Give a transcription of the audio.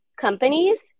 companies